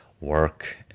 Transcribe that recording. Work